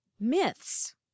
myths